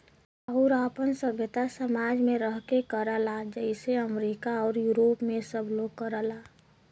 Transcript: आउर आपन सभ्यता समाज मे रह के करला जइसे अमरीका आउर यूरोप मे सब लोग करला